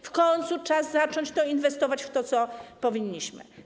W końcu czas zacząć inwestować w to, co powinniśmy.